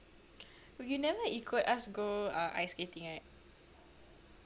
you never ikut us go ice skating right